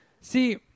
See